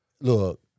Look